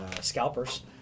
scalpers